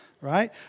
Right